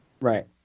right